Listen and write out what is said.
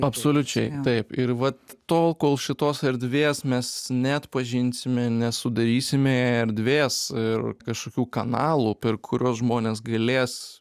absoliučiai taip ir vat tol kol šitos erdvės mes neatpažinsime nesudarysime erdvės ir kažkokių kanalų per kuriuos žmonės galės